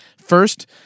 First